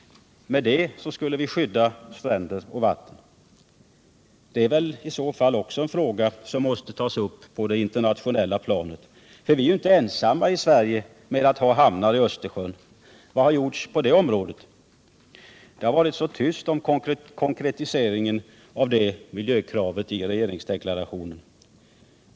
På det sättet skulle vi skydda stränder och vatten. Det är i så fall också en fråga som måste tas upp på det internationella planet. Vi i Sverige är ju inte ensamma om att ha hamnar i Östersjön. Vad har gjorts på det området? Det har varit så tyst om konkretiseringen av det miljökravet i regeringsdeklarationen.